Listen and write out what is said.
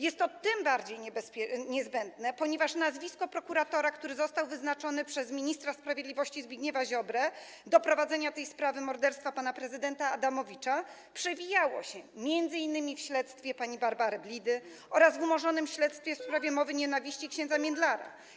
Jest to tym bardziej niezbędne, że nazwisko prokuratora, który został wyznaczony przez ministra sprawiedliwości Zbigniewa Ziobrę do prowadzenia sprawy morderstwa pana prezydenta Adamowicza, przewijało się m.in. w śledztwie dotyczącym pani Barbary Blidy oraz w umorzonym śledztwie w sprawie mowy nienawiści ks. Międlara.